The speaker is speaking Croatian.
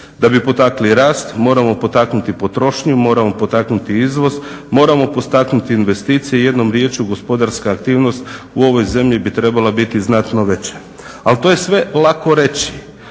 Da bi potakli rast moramo potaknuti potrošnju, moramo potaknuti izvoz, moramo potaknuti investicije. Jednom riječju gospodarska aktivnost u ovoj zemlji bi trebala biti znatno veća. Ali to je sve lako reći.